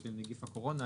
של נגיף הקורונה.